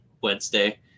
Wednesday